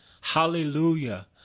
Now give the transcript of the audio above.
Hallelujah